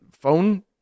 phone